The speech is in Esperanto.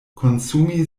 konsumi